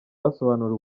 basobanuriwe